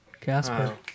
Casper